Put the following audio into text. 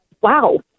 wow